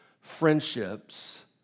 friendships